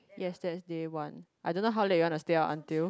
yes that's day one I don't know how late you want to stay up until